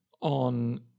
on